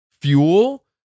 fuel